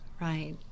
Right